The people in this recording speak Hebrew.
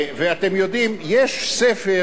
יש ספר שהוא נורא מעניין,